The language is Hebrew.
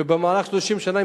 ובמהלך 30 שנה,